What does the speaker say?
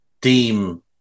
deem